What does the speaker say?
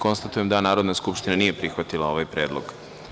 Konstatujem da Narodna skupština nije prihvatila ovaj predlog.